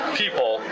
people